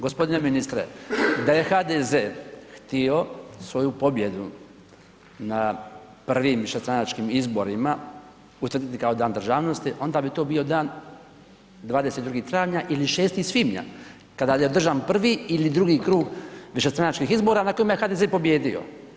Gospodine ministre da je HDZ htio svoju pobjedu na prvim višestranačkim izborima utvrditi kao dan državnosti onda bi to bio dan 22. travnja ili 6. svibnja kada je održan prvi ili drugi krug višestranačkih izbora na kojima je HDZ pobijedio.